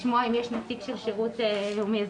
לשמוע את נציג השירות הלאומי-האזרחי.